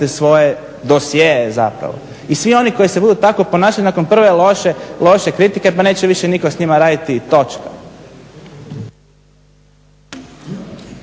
svoje dosjee zapravo. I svi oni koji se budu tako ponašali nakon prve loše kritike pa neće više nitko s njima raditi i točka.